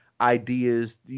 ideas